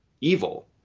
evil